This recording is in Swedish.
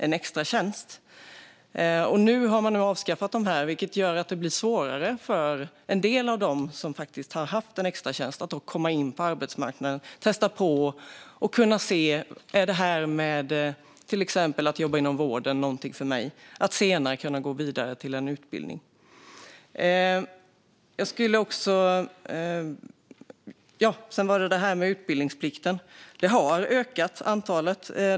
Nu har de avskaffats, vilket gör det svårare för en del av dem som haft en extratjänst att komma in på arbetsmarknaden och testa och se om arbete inom vården kan vara något för dem för att senare kunna gå vidare till utbildning. Sedan var det utbildningsplikten.